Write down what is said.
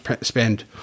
spend